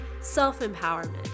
self-empowerment